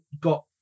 got